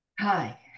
Hi